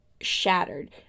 shattered